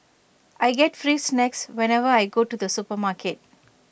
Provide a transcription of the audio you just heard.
I get free snacks whenever I go to the supermarket